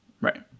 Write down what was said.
Right